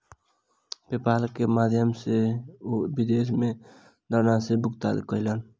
PayPal के माध्यम सॅ ओ विदेश मे धनराशि भुगतान कयलैन